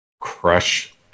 crush